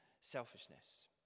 selfishness